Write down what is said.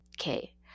Okay